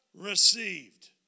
received